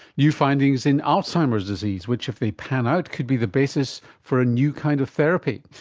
new findings in alzheimer's disease which if they pan out could be the basis for a new kind of therapy.